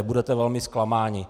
Budete velmi zklamáni.